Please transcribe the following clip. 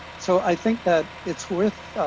so i think that it's worth,